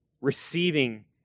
receiving